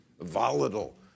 volatile